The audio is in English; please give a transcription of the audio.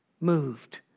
moved